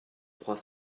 trois